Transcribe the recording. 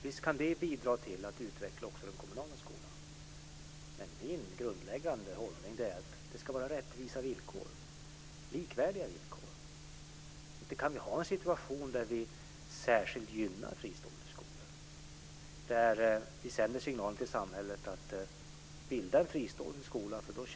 Visst kan de bidra till att utveckla också den kommunala skolan. Men min grundläggande hållning är att det ska vara rättvisa och likvärdiga villkor. Vi kan väl inte ha en situation där vi särskilt gynnar fristående skolor och där vi sänder en signal till samhället om att man kan tjäna på att bilda en fristående skola?